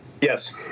Yes